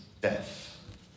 death